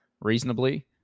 reasonably